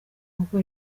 kuko